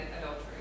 adultery